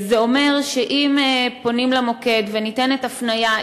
זה אומר שאם פונים למוקד וניתנת הפניה,